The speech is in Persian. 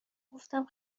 گفتم